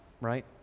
right